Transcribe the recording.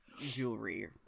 jewelry